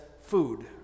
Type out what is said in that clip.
food